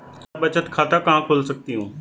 मैं बचत खाता कहां खोल सकती हूँ?